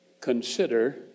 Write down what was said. Consider